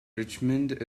richmond